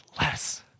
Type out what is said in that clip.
less